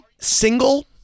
single